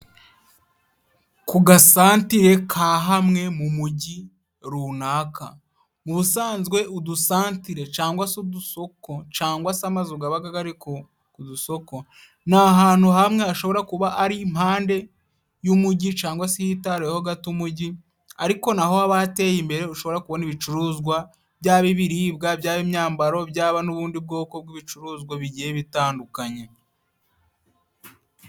Ku gasantere ka hamwe mu mujyi runaka, mu busanzwe udusantere cyangwa se udusoko, cyangwa se amazu aba ari kudusoko: nt'ahantu hamwe hashobora kuba ari impande y'umujyi cyangwa se hitaruyeho gato umujyi ariko naho hateye imbere, ushobora kubona ibicuruzwa byaba ibibiribwa, byaba imyambaro byaba n'ubundi bwoko bw'ibicuruzwa bigiye bitandukanye.